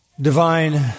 divine